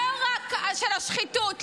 לא רק לשחיתות,